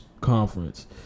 conference